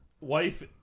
wife